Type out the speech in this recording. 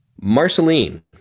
Marceline